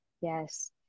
Yes